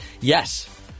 Yes